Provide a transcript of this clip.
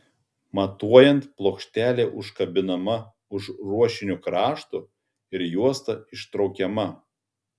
matuojant plokštelė užkabinama už ruošinio krašto ir juosta ištraukiama